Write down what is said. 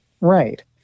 Right